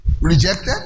rejected